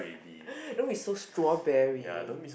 don't be so strawberry